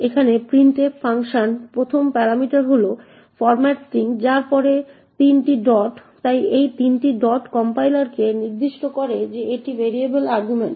এখানে printf function 1ম parameter হল ফরম্যাট স্ট্রিং যার পরে 3টি ডট তাই এই 3টি ডট কম্পাইলারকে নির্দেশ করে যে এটি ভ্যারিয়েবল আর্গুমেন্ট